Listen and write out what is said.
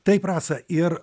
taip rasa ir